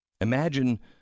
Imagine